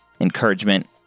encouragement